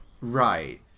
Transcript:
right